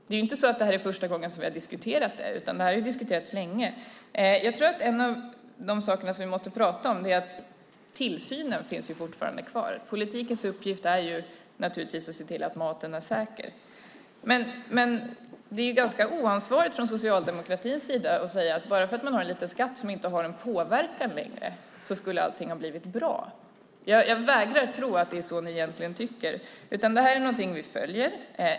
Det är inte så att det här är första gången vi har diskuterat den, utan den har diskuterats länge. En av de saker som vi måste prata om är att tillsynen fortfarande finns kvar. Politikens uppgift är naturligtvis att se till att maten är säker. Men det är ganska oansvarigt från socialdemokratins sida att säga att bara för att man har en liten skatt som inte har någon påverkan längre blir allting bra. Jag vägrar tro att det är så ni egentligen tycker. Det här är någonting vi följer.